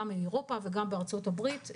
גם באירופה וגם בארצות הברית.